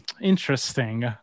Interesting